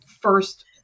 first